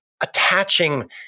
attaching